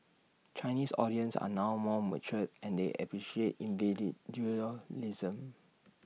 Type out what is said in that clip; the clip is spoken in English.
Chinese audience are now more mature and they appreciate